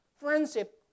friendship